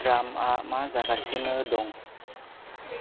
द्रामआ मा जागासिनो दं